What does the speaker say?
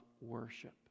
worship